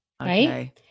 right